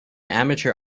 amateur